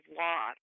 law